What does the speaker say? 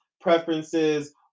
preferences